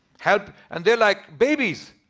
help and they're like babies.